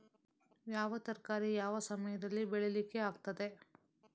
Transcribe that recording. ಯಾವ ತರಕಾರಿ ಯಾವ ಸಮಯದಲ್ಲಿ ಬೆಳಿಲಿಕ್ಕೆ ಆಗ್ತದೆ?